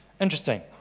Interesting